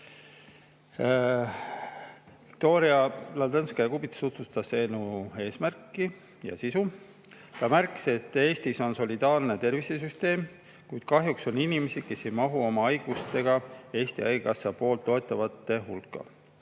Viktoria Ladõnskaja-Kubits tutvustas eelnõu eesmärki ja sisu. Ta märkis, et Eestis on solidaarne tervishoiusüsteem, kuid kahjuks on inimesi, kes ei mahu oma haigustega Eesti Haigekassa toetatavate hulka.